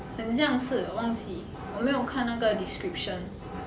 很像是我忘记我没有看那个 description